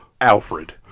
Alfred